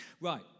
Right